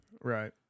Right